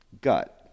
gut